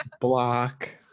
Block